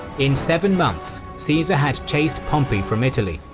in seven months, caesar had chased pompey from italy,